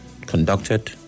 conducted